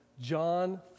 John